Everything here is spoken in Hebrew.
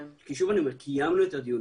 ושוב, קיימנו את הדיונים,